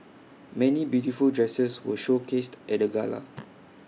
many beautiful dresses were showcased at the gala